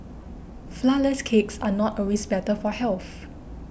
Flourless Cakes are not always better for health